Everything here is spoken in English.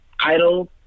idle